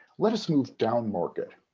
let us move down market.